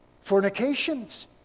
Fornications